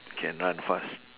can run fast